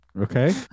okay